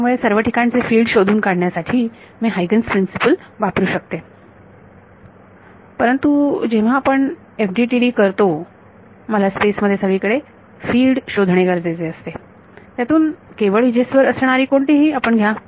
त्यामुळे सर्व ठिकाणचे फिल्ड शोधून काढण्यासाठी मी हायगन्स प्रिन्सिपल Huygen's Principle वापरू शकते परंतु जेव्हा आपण FDTD करतो मला स्पेस मध्ये सगळीकडे फील्ड शोधणे गरजेचे असते त्यातून केवळ एजेस वर असणारी कोणती ही आपण घ्या